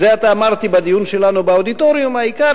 זה עתה אמרתי בדיון שלנו באודיטוריום: העיקר